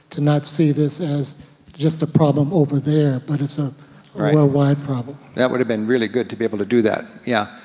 not see this as just a problem over there, but it's a world-wide problem. that would have been really good to be able to do that. yeah,